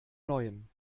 neuem